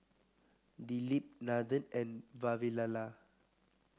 Dilip Nathan and Vavilala